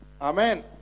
amen